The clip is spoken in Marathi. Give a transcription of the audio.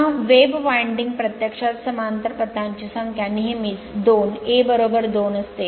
आतावेव वाइंडिंग प्रत्यक्षात समांतर पथांची संख्या नेहमीच 2 A 2 असते